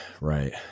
Right